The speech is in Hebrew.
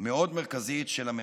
מאוד מרכזית של הממשלה.